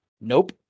Nope